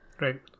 Right